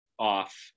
off